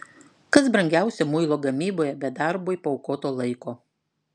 kas brangiausia muilo gamyboje be darbui paaukoto laiko